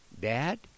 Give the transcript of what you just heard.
Dad